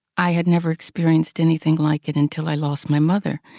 i had never experienced anything like it until i lost my mother,